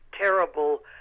terrible